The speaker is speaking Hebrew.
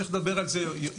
צריך לדבר על זה יותר,